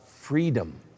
freedom